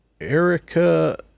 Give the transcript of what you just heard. Erica